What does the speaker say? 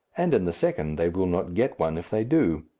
and in the second they will not get one if they do.